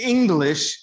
English